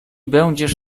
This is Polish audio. będziesz